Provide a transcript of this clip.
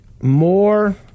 more